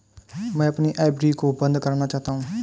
मैं अपनी एफ.डी को बंद करना चाहता हूँ